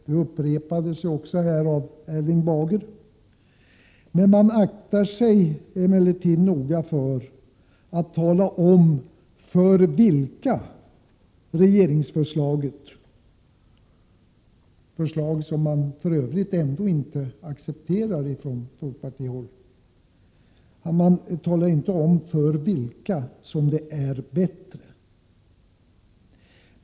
Det sade också Erling Bager här. Man aktar sig emellertid noga för att tala om för vilka regeringens förslag, som man på folkpartihåll för övrigt ändå inte accepterar, är bättre.